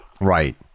Right